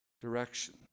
direction